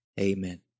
Amen